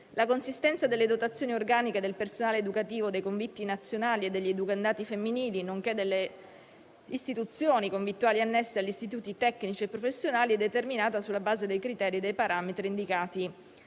La consistenza delle dotazioni organiche del personale educativo dei convitti nazionali e degli educandati femminili nonché delle istituzioni convittuali annesse agli istituti tecnici e professionali è determinata sulla base dei criteri e dei parametri indicati